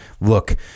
Look